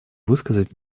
высказать